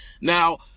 Now